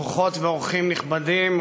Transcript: אורחות ואורחים נכבדים,